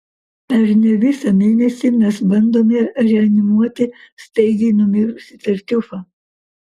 per ne visą mėnesį mes bandome reanimuoti staigiai numirusį tartiufą